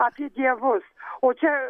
apie dievus o čia